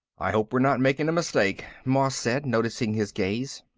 i hope we're not making a mistake, moss said, noticing his gaze.